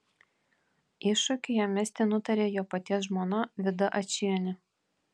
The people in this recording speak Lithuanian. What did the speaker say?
iššūkį jam mesti nutarė jo paties žmona vida ačienė